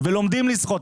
ולומדים לשחות.